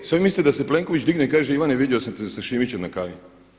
Što vi mislite da se Plenković digne i kaže Ivane vidio sam te sa Šimićem na kavi.